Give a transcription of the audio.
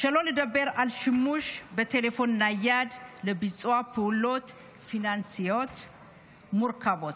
שלא לדבר על שימוש בטלפון נייד לביצוע פעולות פיננסיות מורכבות.